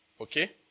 okay